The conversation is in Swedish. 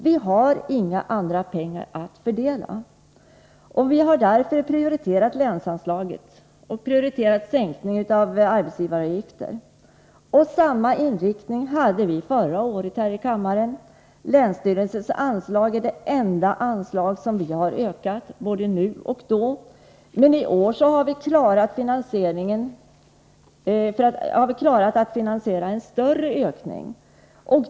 Vi har inga andra pengar att fördela. Vi har därför prioriterat länsanslaget och prioriterat sänkning av arbetsgivaravgiften. Samma inriktning hade vi förra året här i kammaren. Länsstyrelseanslaget är det enda anslag som vi har ökat, både nu och då. Men i år har vi klarat att finansiera en större ökning.